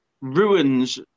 ruins